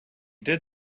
did